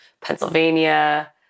Pennsylvania